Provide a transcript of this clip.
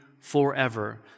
forever